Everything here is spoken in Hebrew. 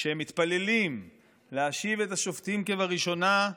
כשהם מתפללים להשיב את השופטים כבראשונה,